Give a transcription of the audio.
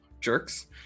jerks